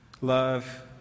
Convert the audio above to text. Love